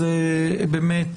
אז באמת,